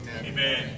Amen